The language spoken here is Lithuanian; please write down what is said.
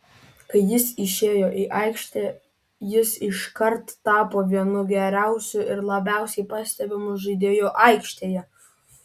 kai jis išėjo į aikštę jis iškart tapo vienu geriausiu ir labiausiai pastebimu žaidėju aikštėje